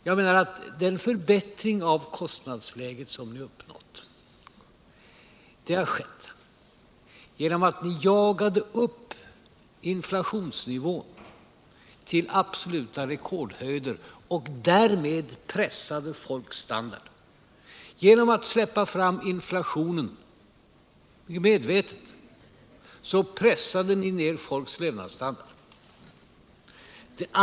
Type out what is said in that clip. Jag menar att den förbättring av kostnadsläget som ni uppnått har skett genom att ni jagade upp inflationsnivån till absoluta rekordhöjder. Genom att medvetet släppa fram inflationen pressade ni ned folks levnadsstandard.